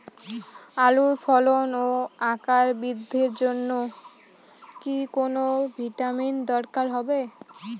আলুর ফলন ও আকার বৃদ্ধির জন্য কি কোনো ভিটামিন দরকার হবে?